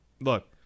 look